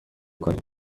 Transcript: کنید